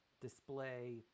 display